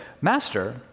master